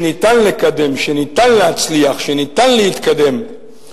שניתן לקדם, שניתן להצליח, שניתן להתקדם,